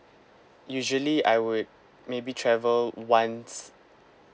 usually I would maybe travel once